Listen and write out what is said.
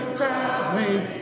traveling